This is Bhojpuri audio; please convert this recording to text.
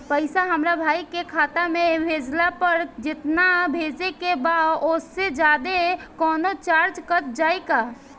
पैसा हमरा भाई के खाता मे भेजला पर जेतना भेजे के बा औसे जादे कौनोचार्ज कट जाई का?